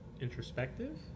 introspective